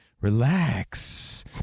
relax